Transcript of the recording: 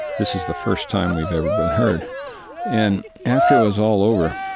this is the first time we've ever been heard and after it was all over,